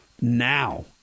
now